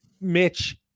Mitch